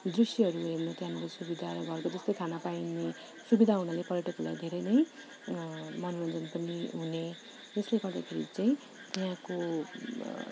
दृश्यहरू हेर्न त्यहाँनेरि सुविधाले गर्दा जस्तै खाना पाइने सुविधा हुनाले पर्यटकहरूलाई धेरै नै मनोरन्जन पनि हुने जसले गर्दाखेरि चाहिँ यहाँको